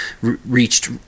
reached